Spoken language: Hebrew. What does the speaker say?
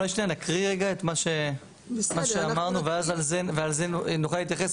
אולי נקריא רגע את מה שאמרנו ולזה נוכל להתייחס?